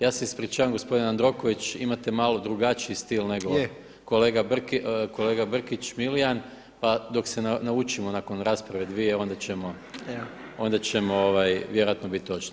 Ja se ispričavam gospodine Jandroković, imate malo drugačiji stil nego kolega Brkić Milijan pa dok se naučimo nakon rasprave dvije onda ćemo vjerojatno biti točni.